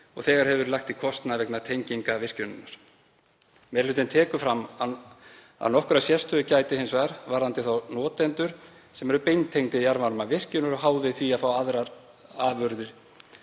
og þegar hefur verið lagt í kostnað vegna tengingar virkjunarinnar. Meiri hlutinn tekur fram að nokkurrar sérstöðu gæti hins vegar varðandi þá notendur sem eru beintengdir jarðvarmavirkjun og eru háðir því að fá aðrar afurðir